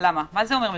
כי זה אומר: